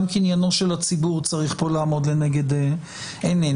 גם קניינו של הציבור צריך לעמוד פה לנגד עינינו.